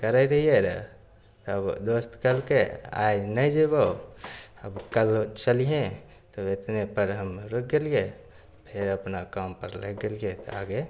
करै रहियै रऽ तब दोस्त कहलकै आइ नहि जयबौ आब काल्हि चलिहे तब एतने पर हम रुकि गेलियै फेर अपना काम पर लगि गेलियै तऽ आगे